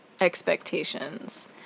expectations